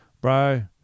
bro